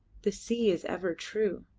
the sea is ever true.